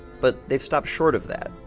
but they stopped short of that.